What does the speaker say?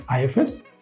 IFS